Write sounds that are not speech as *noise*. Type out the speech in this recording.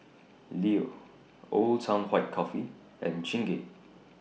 Leo Old Town White Coffee *noise* and Chingay